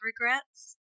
regrets